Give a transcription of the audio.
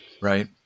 Right